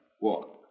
walk